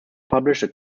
published